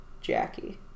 Jackie